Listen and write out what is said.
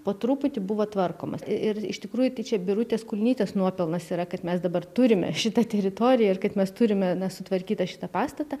po truputį buvo tvarkomas ir iš tikrųjų tai čia birutės kulnytės nuopelnas yra kad mes dabar turime šitą teritoriją ir kad mes turime sutvarkytą šitą pastatą